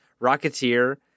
rocketeer